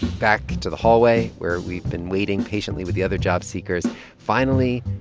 back to the hallway where we've been waiting patiently with the other job seekers finally,